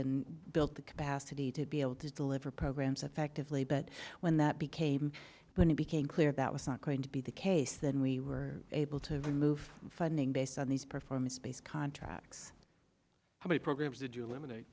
and built the capacity to be able to deliver programs effectively but when that became when it became clear that was not going to be the case then we were able to remove funding based on these performance based contracts how many programs